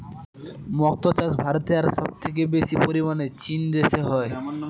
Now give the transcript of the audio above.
মক্তো চাষ ভারতে আর সবচেয়ে বেশি পরিমানে চীন দেশে হয়